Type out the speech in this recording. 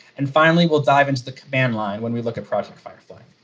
and finally we'll dive into the command line when we look at project firefly.